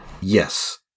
Yes